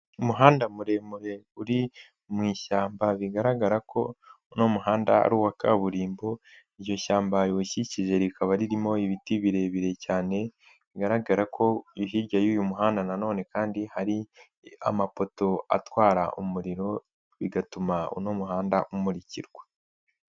Umuhanda muremure uri mu ishyamba bigaragara ko uno muhanda ari uwa kaburimbo, iryo shyamba riwukikije rikaba ririmo ibiti birebire cyane, bigaragara ko hirya y'uyu muhanda na none kandi hari amapoto atwara umuriro, bigatuma uno umuhanda umurikirwa.